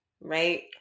right